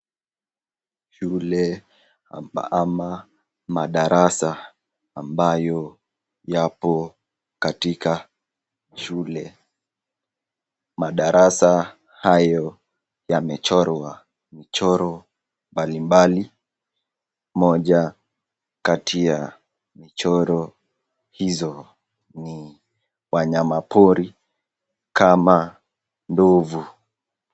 Shule ama madarasa ambayo yapo katika shule. Madarasa hayo yamechorwa mchoro mbali mbali. Moja kati ya michoro hizo ni wanyama pori kama ndovu.